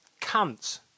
cunts